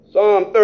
Psalm